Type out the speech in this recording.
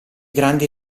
grandi